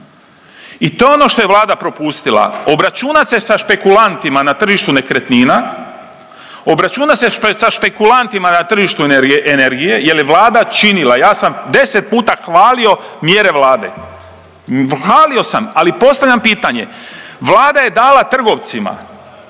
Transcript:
I to je ono što je Vlada propustila, obračunati se sa špekulantima na tržištu nekretnina, obračunat se sa špekulantima na tržištu energije, jer je Vlada činila, ja sam 10 puta hvalio mjere Vlade. Hvalio sam, ali postavljam pitanje. Vlada je dala trgovcima,